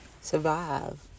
survive